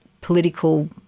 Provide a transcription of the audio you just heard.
political